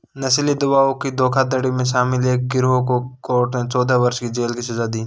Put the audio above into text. नशीली दवाओं की धोखाधड़ी में शामिल एक गिरोह को कोर्ट ने चौदह वर्ष की जेल की सज़ा दी